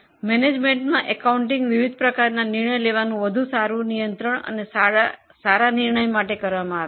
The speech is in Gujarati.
મેનેજમેન્ટ એકાઉન્ટિંગમાં વિવિધ પ્રકારનાં નિર્ણય વધુ સારું નિયંત્રણ માટે લેવામાં આવે છે